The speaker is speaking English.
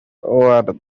over